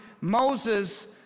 Moses